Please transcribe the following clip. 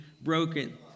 broken